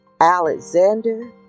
Alexander